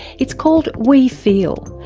it's called we feel,